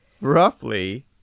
roughly